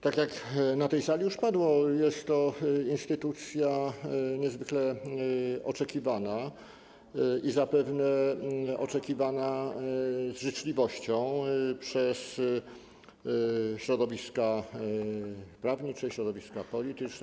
Tak jak na tej sali już padło, jest to instytucja niezwykle oczekiwana i zapewne oczekiwana z życzliwością przez środowiska prawnicze, środowiska polityczne.